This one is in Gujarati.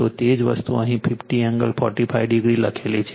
તો તે જ વસ્તુ અહીં 50 એંગલ 45 ડિગ્રી લખેલી છે